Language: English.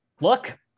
Look